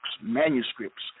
manuscripts